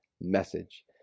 message